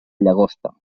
llagosta